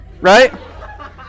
right